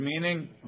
meaning